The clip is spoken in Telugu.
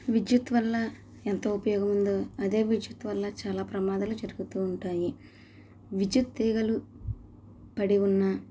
విద్యుత్ వల్ల ఎంతో ఉపయోగం ఉందో అదే విద్యుత్ వల్ల చాలా ప్రమాదాలు జరుగుతు ఉంటాయి విద్యుత్ తీగలు పడి ఉన్న